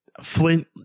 flint